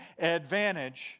advantage